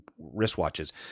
wristwatches